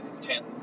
ten